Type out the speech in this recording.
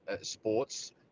sports